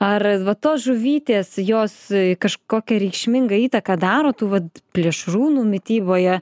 ar va tos žuvytės jos kažkokią reikšmingą įtaką daro tų vat plėšrūnų mityboje